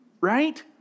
right